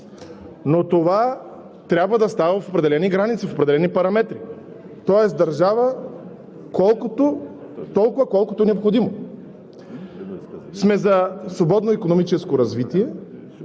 но това трябва да става в определени граници, в определени параметри, тоест държава толкова, колкото е необходимо. Ние сме за свободно икономическо развитие,